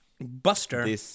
Buster